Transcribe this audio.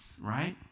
right